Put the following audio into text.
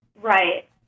Right